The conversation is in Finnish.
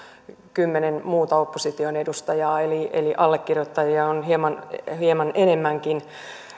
kymmenen muuta opposition edustajaa eli eli allekirjoittajia on hieman hieman enemmänkin